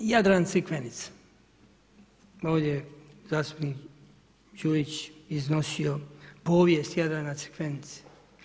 Jadran Crikvenica, ovdje je zastupnik Đujić iznosio povijest Jadrana Crikvenice.